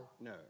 no